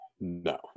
No